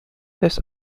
this